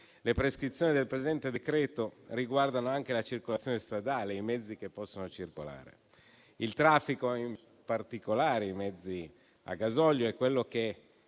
le prescrizioni del presente decreto riguardano anche la circolazione stradale e i mezzi che possono circolare. Il traffico, in particolare dei mezzi a gasolio, è quello che